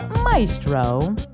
Maestro